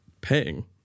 paying